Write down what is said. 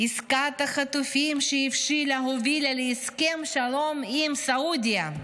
"עסקת החטופים שהבשילה הובילה להסכם שלום עם סעודיה".